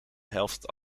helft